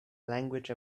language